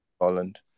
Holland